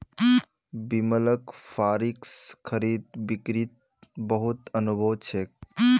बिमलक फॉरेक्स खरीद बिक्रीत बहुत अनुभव छेक